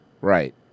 Right